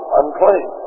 unclean